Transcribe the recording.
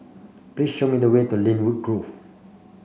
please show me the way to Lynwood Grove